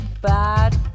bad